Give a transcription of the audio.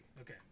Okay